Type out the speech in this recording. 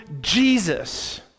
Jesus